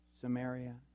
Samaria